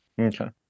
Okay